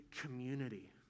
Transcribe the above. community